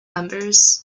members